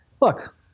look